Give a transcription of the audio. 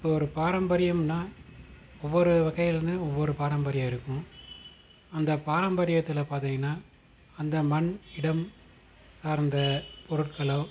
இப்போ ஒரு பாரம்பரியம்னால் ஒவ்வொரு வகையில் வந்து ஒவ்வொரு பாரம்பரியம் இருக்கும் அந்த பாரம்பரியத்தில் பார்த்திங்கன்னா அந்த மண் இடம் சார்ந்த பொருட்களோ